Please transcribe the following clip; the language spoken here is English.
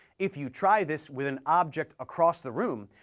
if you try this with an object across the room,